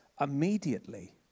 immediately